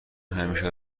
همیشه